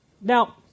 Now